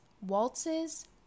waltzes